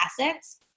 assets